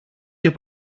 και